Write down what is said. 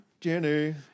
Jenny